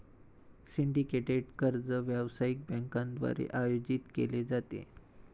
syndicated कर्ज व्यावसायिक बँकांद्वारे आयोजित केले जाते